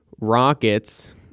Rockets